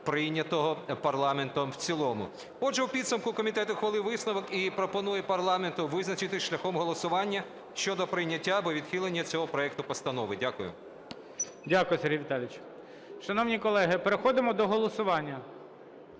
прийнятого парламентом в цілому. Отже, у підсумку комітет ухвалив висновок і пропонує парламенту визначитись шляхом голосування щодо прийняття або відхилення цього проекту постанови. Дякую. ГОЛОВУЮЧИЙ. Дякую, Сергій Віталійович. Шановні колеги, переходимо до голосування.